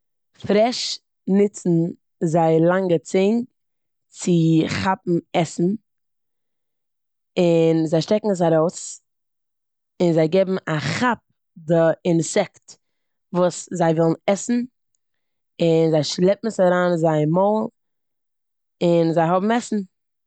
פרעש נוצן זייער לאנגע צונג צו כאפן עסן און זיי שטעקן עס ארויס און זיי געבן א כאפ די אינסעקט וואס זיי ווילן עסן און זיי שלעפן עס אריין אין זייער מויל און זיי האבן עסן.